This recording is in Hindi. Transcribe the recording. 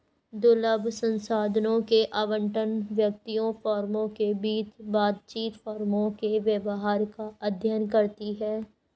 दुर्लभ संसाधनों के आवंटन, व्यक्तियों, फर्मों के बीच बातचीत, फर्मों के व्यवहार का अध्ययन करती है